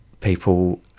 people